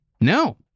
No